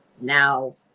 Now